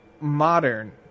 modern